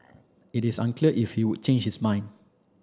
it is unclear if he would change his mind